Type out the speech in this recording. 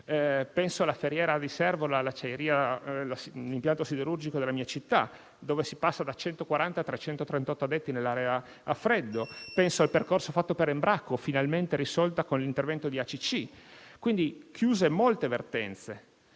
Penso alla Ferriera di Servola, l'impianto siderurgico della mia città, dove si passa da 140 a 338 addetti nell'area a freddo. Penso ancora al percorso fatto per Embraco, una questione finalmente risolta con l'intervento di Acc. Sono state chiuse quindi molte vertenze